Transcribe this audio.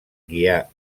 guiar